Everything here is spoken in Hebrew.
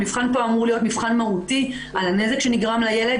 המבחן פה אמור להיות מבחן מהותי על הנזק שנגרם לילד